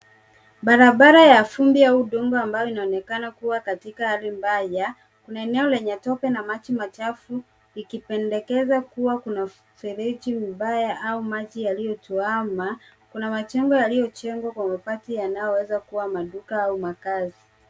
Barabara ya vumbi au udongo ambayo inaonekana kuwa katika hali mbaya. Kuna eneo lenye tope na maji machafu ikipendekeza kuwa kuna mfereji mbaya au maji yaliyotuama. Kuna majengo yaliyojengwa kwa mabati yanayoweza kuwa maduka au makazi.